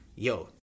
Yo